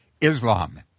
Islam